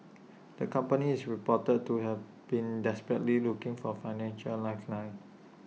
the company is reported to have been desperately looking for financial lifeline